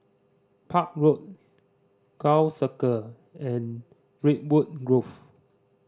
Park Road Gul Circle and Redwood Grove